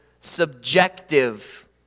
subjective